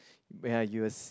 you will